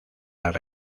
las